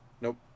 Nope